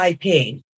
IP